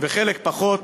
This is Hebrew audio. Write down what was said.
וחלק פחות.